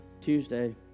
Tuesday